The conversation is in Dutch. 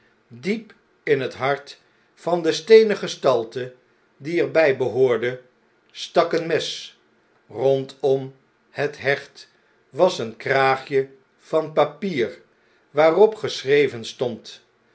diep in het hart van de steenen gestalte die er by behoorde stak een mes rondom het hecht was een kraagje van papier waarop geschreven stond